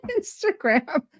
Instagram